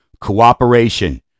Cooperation